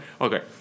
Okay